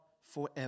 forever